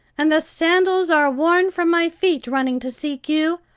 and the sandals are worn from my feet running to seek you.